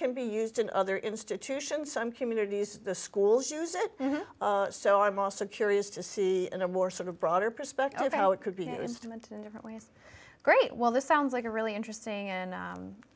can be used in other institutions some communities the schools use it so i'm also curious to see in a more sort of broader perspective how it could be an instrument in different ways great well this sounds like a really interesting and